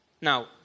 Now